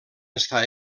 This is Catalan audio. estar